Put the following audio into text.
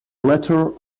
latter